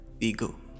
ego